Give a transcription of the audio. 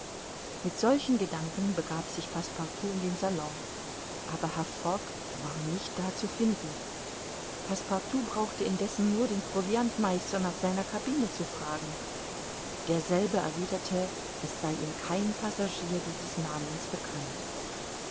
mit solchen gedanken begab sich passepartout in den salon aber herr fogg war nicht da zu finden passepartout brauchte indessen nur den proviantmeister nach seiner cabine zu fragen derselbe erwiderte es sei ihm kein passagier dieses namens bekannt